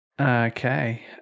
Okay